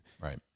Right